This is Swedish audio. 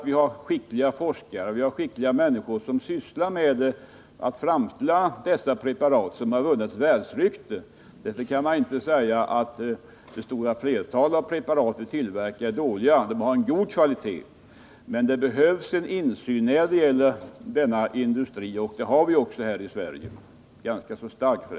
Vi har skickliga forskare och andra människor med stor kunnighet, vilka arbetar med att framställa olika typer av preparat som vunnit världsrykte. Det är alltså inte riktigt att det stora flertalet av de preparat som tillverkas är dåliga, utan de har en god kvalitet. Men det behövs en insyn i läkemedelsindustrin, och en sådan insyn har vi också här i Sverige. Den är f. ö. ganska så ingående.